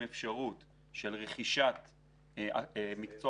עם אפשרות של רכישת מקצוע,